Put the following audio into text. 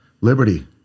Liberty